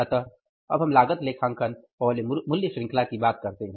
इसलिए अब हम लागत लेखांकन और मूल्य श्रृंखला की बात करते हैं